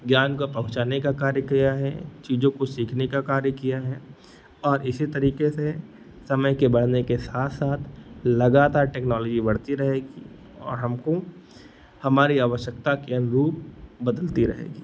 ज्ञान को पहुँचाने का कार्य किया है चीज़ों को सीखने का कार्य किया है और इसी तरीके से समय के बढ़ने के साथ साथ लगातार टेक्नोलॉजी बढ़ती रहेगी और हमको हमारी आवश्यकता की अनुरूप बदलती रहेगी